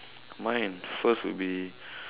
mine first would be